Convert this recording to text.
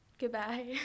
goodbye